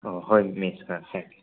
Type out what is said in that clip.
ꯑꯥ ꯍꯣꯏ ꯃꯤꯁ